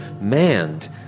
manned